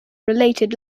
related